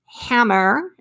Hammer